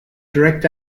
direct